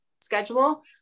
schedule